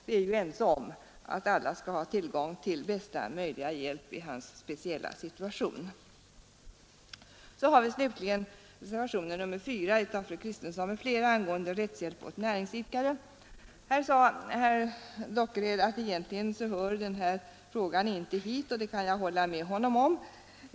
Vi är ense om att alla skall ha tillgång till bästa möjliga hjälp i sin speciella situation. Reservationen 4 av fru Kristensson m.fl. tar upp frågan om rättshjälp åt näringsidkare. Herr Dockered sade att den här frågan egentligen inte hör hit.